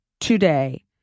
today